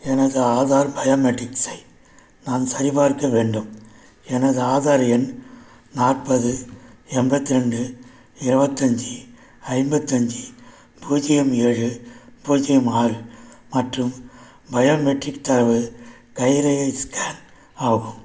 எனது ஆதார் பயோமெட்ரிக்ஸை நான் சரிபார்க்க வேண்டும் எனது ஆதார் எண் நாற்பது எண்பத்ரெண்டு இருவத்தஞ்சி ஐம்பத்தஞ்சு பூஜ்யம் ஏழு பூஜ்யம் ஆறு மற்றும் பயோமெட்ரிக் தரவு கைரேகை ஸ்கேன் ஆகும்